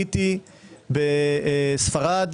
הייתי בספרד,